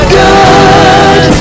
good